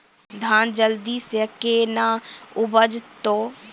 धान जल्दी से के ना उपज तो?